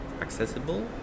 accessible